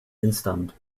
instant